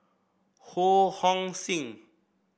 Ho Hong Sing